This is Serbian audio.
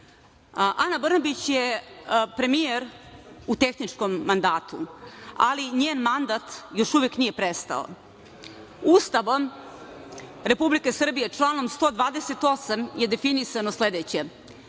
Ana Brnabić je premijer u tehničkom mandatu, ali njen mandat još uvek nije prestao. Ustavom Republike Srbije, članom 128. je definisano sledeće,